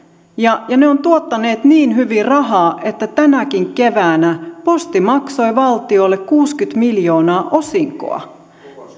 ja ja ne ovat tuottaneet niin hyvin rahaa että tänäkin keväänä posti maksoi valtiolle kuusikymmentä miljoonaa osinkoa